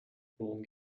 worum